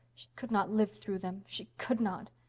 she could not live through them she could not!